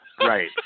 Right